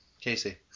Casey